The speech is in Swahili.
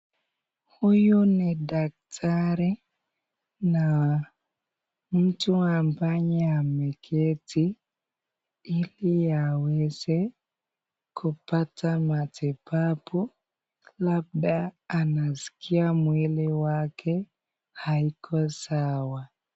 Huyu ni daktari na mtu ambaye ameketi ili aweze kupata matibabu labda anasikia mwili wake haiko sawa.